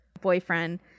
boyfriend